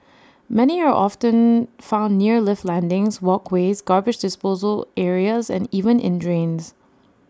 many are often found near lift landings walkways garbage disposal areas and even in drains